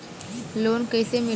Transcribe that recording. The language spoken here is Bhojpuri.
लोन कईसे मिली?